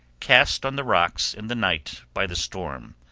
cast on the rocks in the night by the storm.